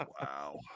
Wow